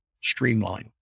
streamline